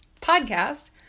podcast